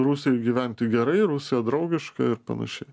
rusijoj gyventi gerai rusija draugiška ir panašiai